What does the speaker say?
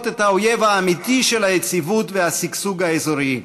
את האויב האמיתי של היציבות והשגשוג האזוריים,